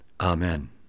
Amen